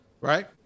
right